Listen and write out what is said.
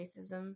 racism